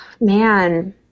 man